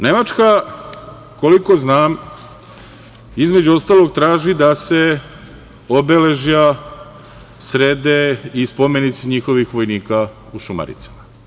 Nemačka koliko znam, između ostalog traži da se obeležja i spomenici njihovih vojnika srede u Šumaricama.